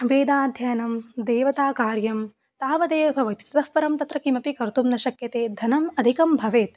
वेदाध्ययनं देवताकार्यं तावदेव भवति ततः परं तत्र किमपि कर्तुं न शक्यते धनम् अधिकं भवेत्